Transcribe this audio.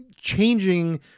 changing